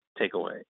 takeaway